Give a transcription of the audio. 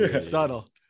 Subtle